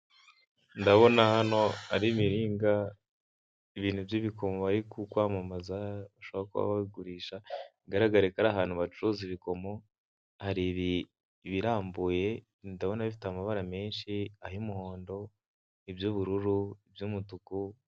Ndabona naho ari imiringa, ibintu by'ibikomo bari kwamamaza, bashobora kuba babigurisha, bigaragare ko ari ahantu bacuruza ibikomo, hari ibirambuye, ndabona bifite amabara manshi; ay'umuhondo, iby'ubururu, iby'umutuku.